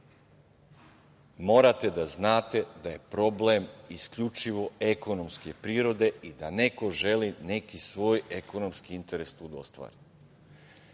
morate da znate da je problem isključivo ekonomske prirode i da neko želi neki svoj ekonomski interes tu da ostvari.